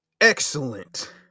Excellent